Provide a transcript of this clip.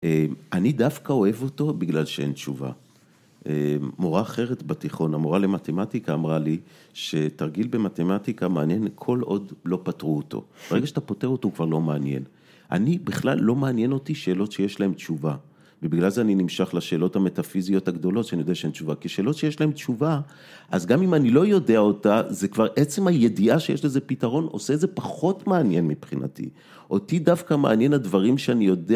‫אני דווקא אוהב אותו ‫בגלל שאין תשובה. ‫מורה אחרת, בתיכון, ‫המורה למתמטיקה, אמרה לי ‫שתרגיל במתמטיקה מעניין כל עוד לא פתרו אותו. ‫ברגע שאתה פותר אותו ‫הוא כבר לא מעניין. ‫אני, בכלל, לא מעניין אותי ‫שאלות שיש להן תשובה. ‫ובגלל זה אני נמשך לשאלות ‫המטאפיזיות הגדולות ‫שאני יודע שאין תשובה, ‫כי שאלות שיש להן תשובה, אז גם אם אני לא יודע אותה, זה כבר עצם הידיעה שיש לזה פתרון עושה את זה פחות מעניין מבחינתי, אותי דווקא מעניין הדברים שאני יודע